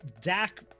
Dak